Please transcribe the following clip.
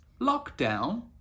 Lockdown